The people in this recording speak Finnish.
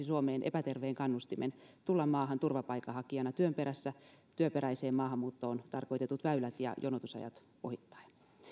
suomeen epäterveen kannustimen tulla maahan turvapaikanhakijana työn perässä työperäiseen maahanmuuttoon tarkoitetut väylät ja jonotusajat ohittaen